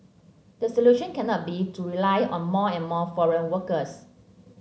the solution cannot be to rely on more and more foreign workers